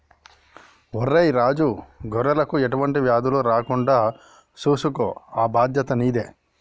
ఒరై రాజు గొర్రెలకు ఎటువంటి వ్యాధులు రాకుండా సూసుకో ఆ బాధ్యత నీదే